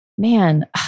man